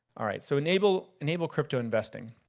all right, so enable enable crypto investing.